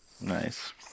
nice